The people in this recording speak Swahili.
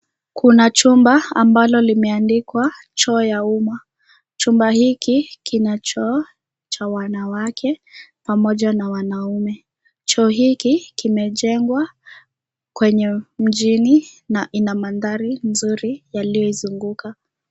Kuna chumba ambalo limeandikwa choo ya uma, chumba hiki kina choo cha wanawake pamoja na wanaume choo hiki kimejengwa kwenye mjini na ina mandhari nzuri yaliyoizunguka.